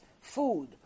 food